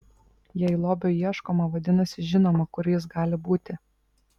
jei lobio ieškoma vadinasi žinoma kur jis gali būti